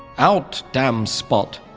out, damned spot!